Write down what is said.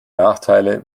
nachteile